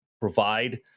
provide